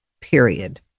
period